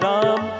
Ram